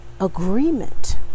agreement